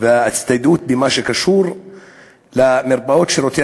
וההצטיידות במה שקשור למרפאות "שירותי